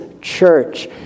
church